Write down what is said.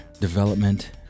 development